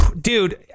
Dude